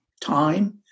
time